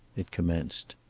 it commenced.